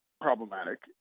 problematic